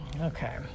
Okay